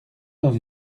dans